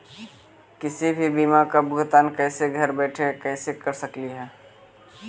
किसी भी बीमा का भुगतान कैसे घर बैठे कैसे कर स्कली ही?